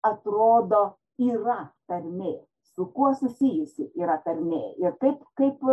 atrodo yra tarmė su kuo susijusi yra tarmė ir taip kaip